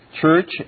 church